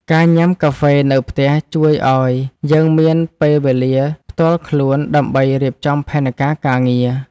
ការញ៉ាំកាហ្វេនៅផ្ទះជួយឱ្យយើងមានពេលវេលាផ្ទាល់ខ្លួនដើម្បីរៀបចំផែនការការងារ។